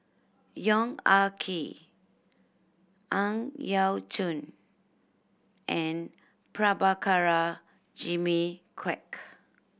Yong Ah Kee Ang Yau Choon and Prabhakara Jimmy Quek